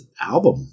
album